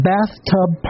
Bathtub